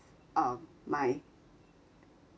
um my